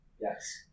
Yes